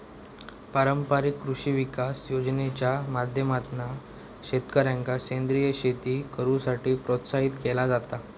पारंपारिक कृषी विकास योजनेच्या माध्यमातना शेतकऱ्यांका सेंद्रीय शेती करुसाठी प्रोत्साहित केला जाता